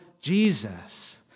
Jesus